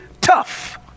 tough